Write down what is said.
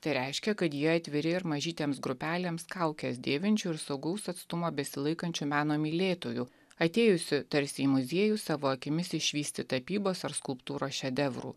tai reiškia kad jie atviri ir mažytėms grupelėms kaukes dėvinčių ir saugaus atstumo besilaikančių meno mylėtojų atėjusių tarsi į muziejų savo akimis išvysti tapybos ar skulptūros šedevrų